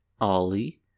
Ollie